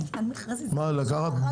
זה עניין מכרזי --- מה פתאום,